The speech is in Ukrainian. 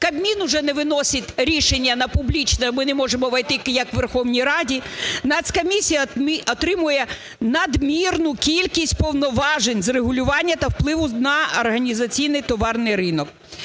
Кабмін уже не виносить рішення на публічне, ми не можемо увійти, як у Верховній Раді. Нацкомісія отримує надмірну кількість повноважень з регулювання та впливу на організаційний товарний ринок.